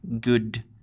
good